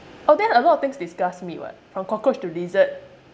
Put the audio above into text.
oh then a lot of things disgusts me [what] from cockroach to lizard